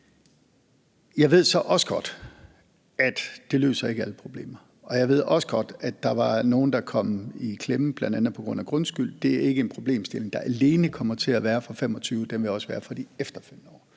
Jeg ved så godt, at det ikke løser alle problemer, og jeg ved også godt, at der var nogle, der kom i klemme på grund af bl.a. grundskyld. Det er ikke en problemstilling, der alene kommer til at være i 2025. Den vil også være der i de efterfølgende år.